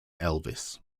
elvis